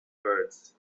birds